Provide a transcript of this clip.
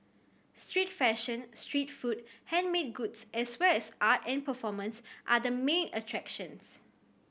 street fashion street food handmade goods as well as art and performance are the main attractions